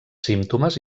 símptomes